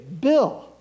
Bill